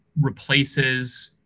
replaces